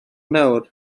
nawr